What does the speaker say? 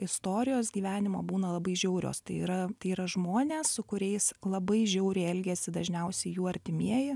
istorijos gyvenimo būna labai žiaurios tai yra tai yra žmonės su kuriais labai žiauriai elgėsi dažniausiai jų artimieji